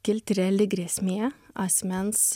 kilti reali grėsmė asmens